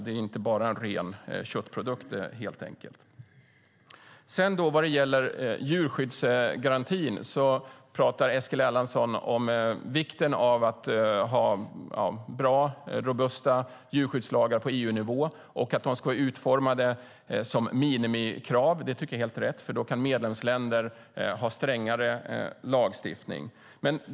De är alltså helt enkelt inte rena köttprodukter. När det gäller djurskyddsgarantin pratar Eskil Erlandsson om vikten av bra och robusta djurskyddslagar på EU-nivå och att man ska utforma dem som minimikrav. Det tycker jag är helt rätt, för då kan medlemsländer ha strängare lagstiftning.